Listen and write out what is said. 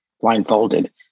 blindfolded